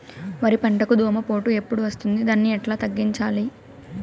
వరి పంటకు దోమపోటు ఎప్పుడు వస్తుంది దాన్ని ఎట్లా తగ్గించాలి?